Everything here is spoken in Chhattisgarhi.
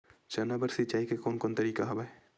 चना बर सिंचाई के कोन कोन तरीका हवय?